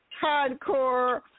hardcore